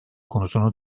konusunu